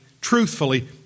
truthfully